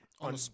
on